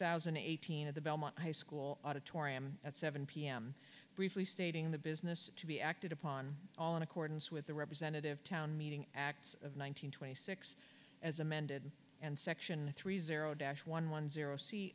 thousand and eighteen at the belmont high school auditorium at seven pm briefly stating the business to be acted upon all in accordance with the representative town meeting act of one nine hundred twenty six as amended and section three zero dash one one zero se